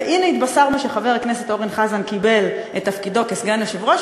והנה התבשרנו שחבר הכנסת אורן חזן קיבל את תפקידו כסגן יושב-ראש,